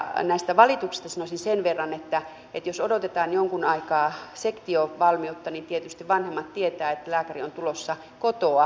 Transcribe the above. näistä valituksista sanoisin sen verran että jos odotetaan jonkun aikaa sektiovalmiutta niin tietysti vanhemmat tietävät että lääkäri on tulossa kotoa